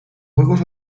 juegos